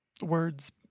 Words